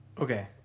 Okay